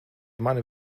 mani